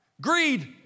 Greed